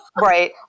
Right